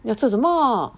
要煮什么